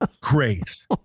Great